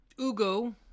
Ugo